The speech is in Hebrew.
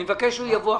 אני מבקש שהוא יבוא,